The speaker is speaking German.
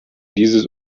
dieses